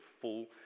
full